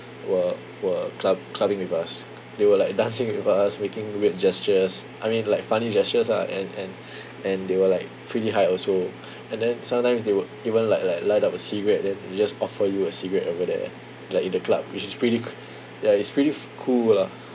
were were club clubbing with us they were like dancing with us making weird gestures I mean like funny gestures ah and and and they were like pretty high also and then sometimes they would even like like light up a cigarette then they just offer you a cigarette over there like in the club which pretty coo~ ya it's pretty f~ cool lah